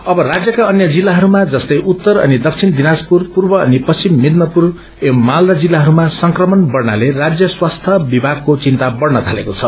अव राज्यको अन्य जिल्लाहरूमा जस्तै उत्तर अनि दक्षिण दिनाजपुर पूर्व अनि पश्चिम मेदिनीपूर एंव मालदा जिल्लाहरुमा संक्रमण बढ़नाले राज्य स्वास्थ्य विभागको चिन्ता बढ़न तागेको छ